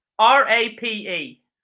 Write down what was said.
R-A-P-E